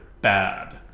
bad